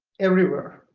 everywhere,